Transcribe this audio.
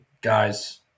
guys